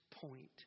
point